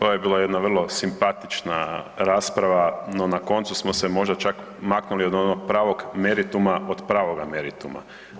Ovo je bila jedna vrlo simpatična rasprava, no na koncu smo se možda čak maknuli od onog pravog merituma, od pravoga merituma.